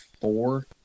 four